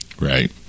right